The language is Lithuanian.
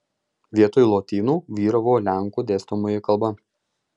vietoj lotynų vyravo lenkų dėstomoji kalba